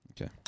Okay